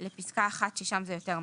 לפסקה (1) ששם זה יותר מתאים.